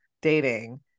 dating